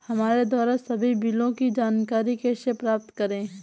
हमारे द्वारा सभी बिलों की जानकारी कैसे प्राप्त करें?